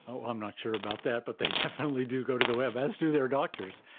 i'm not sure about that but they definitely do go to the web, as do their doctors.